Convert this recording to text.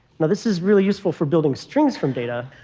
now this is really useful for building strings from data.